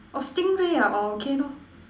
oh stingray ah oh okay lor